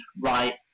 right